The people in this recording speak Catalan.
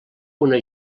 una